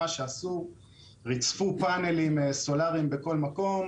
הם רצפו פאנלים סולאריים בכל מקום,